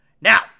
Now